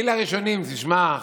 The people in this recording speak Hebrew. אלה הראשונים, תשמע,